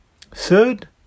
Third